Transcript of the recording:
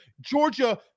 Georgia